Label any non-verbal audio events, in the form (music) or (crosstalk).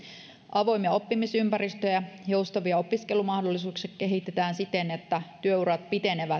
avoimia oppimisympäristöjä joustavia opiskelumahdollisuuksia kehitetään siten että työurat pitenevät (unintelligible)